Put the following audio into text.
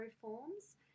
forms